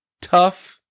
tough